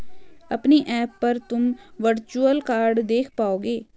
अपने ऐप पर तुम वर्चुअल कार्ड देख पाओगे